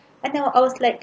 and I was like